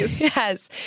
Yes